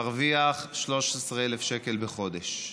מרוויח 13,000 בחודש,